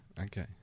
Okay